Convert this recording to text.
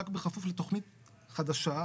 ניתן יהיה להוציא היתרים רק בכפוף לתכנית חדשה נוספת